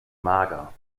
mager